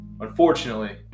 Unfortunately